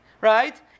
Right